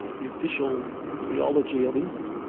the official theology of england.